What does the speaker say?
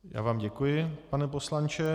Já vám děkuji, pane poslanče.